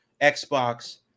Xbox